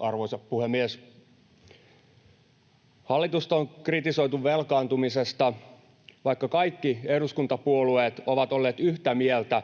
Arvoisa puhemies! Hallitusta on kritisoitu velkaantumisesta, vaikka kaikki eduskuntapuolueet ovat olleet yhtä mieltä